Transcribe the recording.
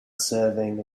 serving